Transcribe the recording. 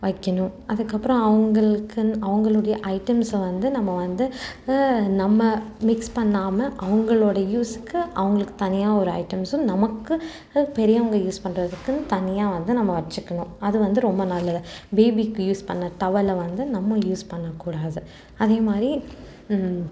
வைக்கணும் அதுக்கப்பறம் அவங்களுக்குன்னு அவங்களுடைய ஐட்டம்ஸை வந்து நம்ம வந்து நம்ம மிக்ஸ் பண்ணாமல் அவங்களோட யூஸுக்கு அவங்களுக்கு தனியாக ஒரு ஐட்டம்ஸும் நமக்கு பெரியவங்க யூஸ் பண்ணுறதுக்குன்னு தனியாக வந்து நம்ம வெச்சுக்கணும் அது வந்து ரொம்ப நல்லது பேபிக்கு யூஸ் பண்ண டவலை வந்து நம்ம யூஸ் பண்ணக்கூடாது அதே மாதிரி